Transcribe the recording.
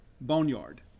Boneyard